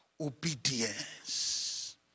Obedience